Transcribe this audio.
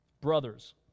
brothers